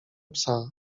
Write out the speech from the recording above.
psa